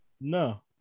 No